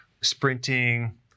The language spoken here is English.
sprinting